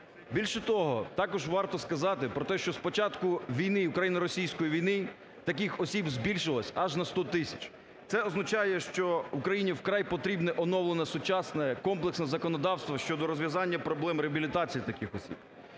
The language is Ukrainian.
Більше того, також варто сказати, про те, що з початку війни, україно-російської війни, таких осіб збільшилось аж на 100 тисяч. Це означає, що Україні вкрай потрібне оновлене сучасне комплексне законодавство щодо розв'язання проблем реабілітації таких осіб.